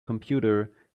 computer